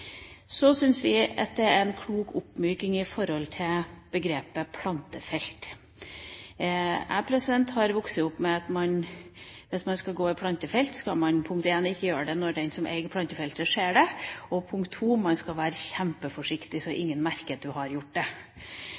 Så synes vi det er en klok oppmyking når det gjelder begrepet plantefelt. Jeg har vokst opp med at hvis man skal gå i et plantefelt, skal man for det første ikke gjøre det når den som eier plantefeltet, ser det, og for det andre skal man være kjempeforsiktig, slik at ingen har merket at man har gjort det.